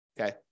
Okay